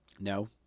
No